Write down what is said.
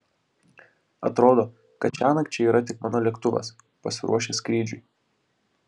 atrodo kad šiąnakt čia yra tik mano lėktuvas pasiruošęs skrydžiui